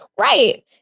Right